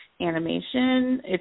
animation